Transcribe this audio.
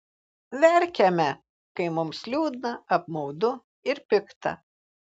verkiame kai mums liūdna apmaudu ir pikta